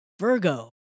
Virgo